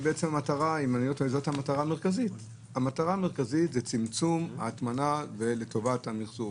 המטרה המרכזית היא צמצום ההטמנה לטובת המחזור,